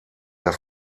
der